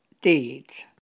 deeds